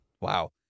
Wow